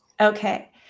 Okay